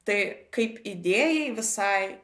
tai kaip idėjai visai